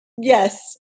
Yes